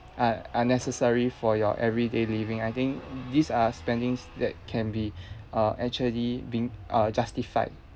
are are necessary for your everyday living I think these are spendings that can be uh actually being uh justified